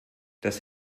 das